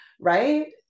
Right